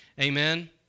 Amen